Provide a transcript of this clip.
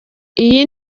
iyi